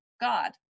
God